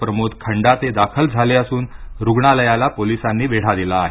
प्रमोद खंडाते दाखल झाले असून रुग्णालयाला पोलिसांनी वेढा दिला आहे